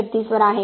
36 वर आहे